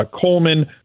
Coleman